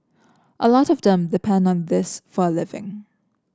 a lot of them depend on this for a living